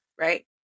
right